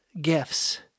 gifts